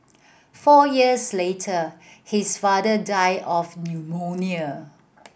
four years later his father died of pneumonia